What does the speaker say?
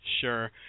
Sure